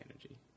energy